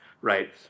Right